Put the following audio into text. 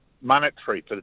monetary